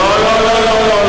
לא לא לא.